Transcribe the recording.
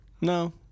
No